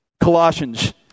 Colossians